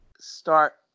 start